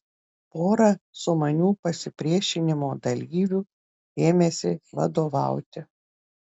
pora sumanių pasipriešinimo dalyvių ėmėsi vadovauti